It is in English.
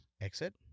exit